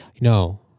no